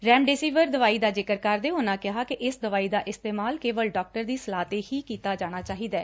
remdesivir ਦਵਾਈ ਦਾ ਜ਼ਿਕਰ ਕਰਦੇ ਉਨਾਂ ਕਿਹਾ ਕਿ ਇਸ ਦਵਾਈ ਦਾ ਇਸਤੇਮਾਲ ਕੇਵਲ ਡਾਕਟਰ ਦੀ ਸਲਾਹ ਤੇ ਹੀ ਕੀਤਾ ਜਾਣਾ ਚਾਹੀਦੈ